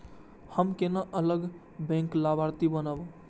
हम केना अलग बैंक लाभार्थी बनब?